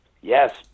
yes